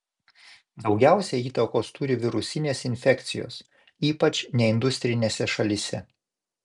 daugiausiai įtakos turi virusinės infekcijos ypač neindustrinėse šalyse